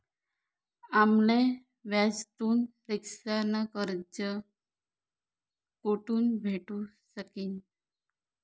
आम्ले व्याजथून रिक्षा न कर्ज कोठून भेटू शकीन